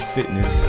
Fitness